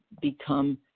become